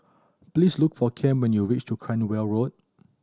please look for Cam when you reach to Cranwell Road